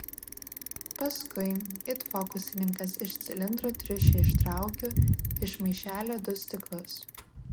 paskui it fokusininkas iš cilindro triušį ištraukiu iš maišelio du stiklus